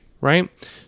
right